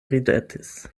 ridetis